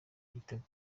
igitego